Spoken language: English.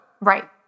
Right